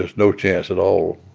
ah no chance at all.